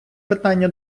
питання